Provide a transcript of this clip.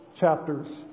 Chapters